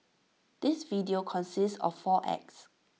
this video consists of four acts